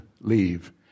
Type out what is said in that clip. leave